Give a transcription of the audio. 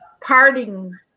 parting